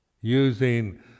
using